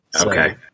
Okay